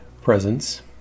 presence